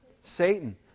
Satan